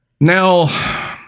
Now